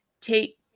take